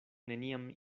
neniam